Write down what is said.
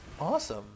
Awesome